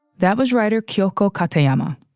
that was writer kyoko katayama.